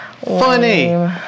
Funny